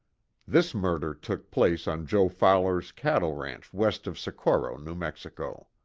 this murder took place on joe fowler's cattle ranch west of socorro, new mexico.